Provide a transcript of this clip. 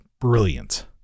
brilliant